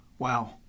Wow